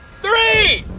three,